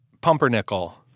Pumpernickel